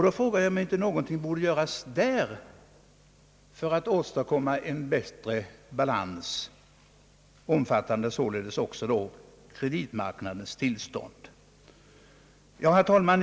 Då frågar jag mig, om inte något borde göras härvidlag för att åstadkomma en bättre balans, omfattande även kreditmarknadens tillstånd. Herr talman!